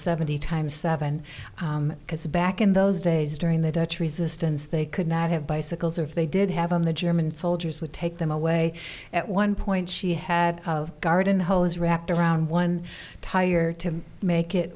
seventy times seven because back in those days during the dutch resistance they could not have bicycles or if they did have on the german soldiers would take them away at one point she had a garden hose wrapped around one tire to make it